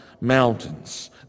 mountains